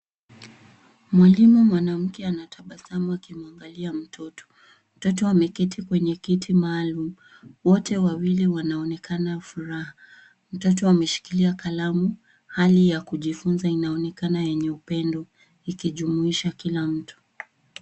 Mwalimu mwanamke anatabasamu akimwangalia mtoto. Mtoto ameketi kwenye kiti maalum. Wote wawili wanaonekana furaha. Mtoto ameshikilia kalamu, hali ya kujifunza inaonekana yenye upendo ikijumuisha kila mtu.